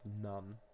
none